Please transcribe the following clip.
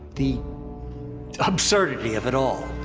the absurdity of it all.